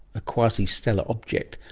a quasi-stellar object,